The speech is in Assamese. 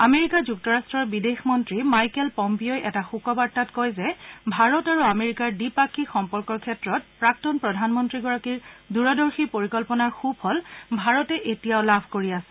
আমেৰিকা যুক্তৰাট্টৰ বিদেশ মন্ত্ৰী মাইকেল পম্পিয়ই এটা শোকবাৰ্তাত কয় যে ভাৰত আৰু আমেৰিকাৰ দ্বি পাক্ষিক সম্পৰ্কৰ ক্ষেত্ৰত প্ৰাক্তন প্ৰধানমন্ত্ৰীগৰাকীৰ দুৰদৰ্শী পৰিকল্পনাৰ সুফল ভাৰতে এতিয়াও লাভ কৰি আছে